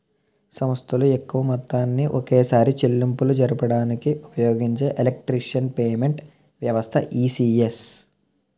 సంస్థలు ఎక్కువ మొత్తాన్ని ఒకేసారి చెల్లింపులు జరపడానికి ఉపయోగించే ఎలక్ట్రానిక్ పేమెంట్ వ్యవస్థే ఈ.సి.ఎస్